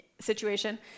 situation